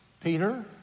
Peter